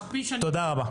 תודה רבה.